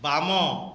ବାମ